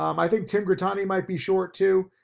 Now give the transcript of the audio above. um i think tim grittani might be short too.